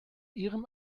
ihrem